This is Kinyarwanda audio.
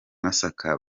masaka